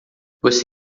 você